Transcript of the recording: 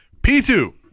P2